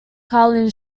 karin